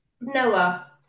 Noah